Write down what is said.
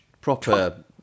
proper